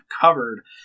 covered